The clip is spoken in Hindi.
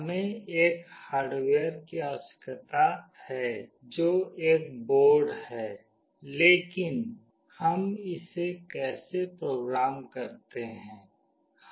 हमें एक हार्डवेयर की आवश्यकता है जो एक बोर्ड है लेकिन हम इसे कैसे प्रोग्राम करते हैं